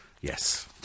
Yes